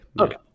okay